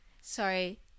Sorry